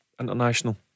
international